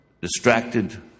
distracted